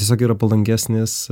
tiesiog yra palankesnis